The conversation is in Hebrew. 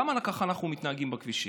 למה אנחנו מתנהגים כך בכבישים?